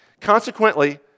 Consequently